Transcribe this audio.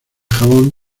jabón